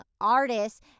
artists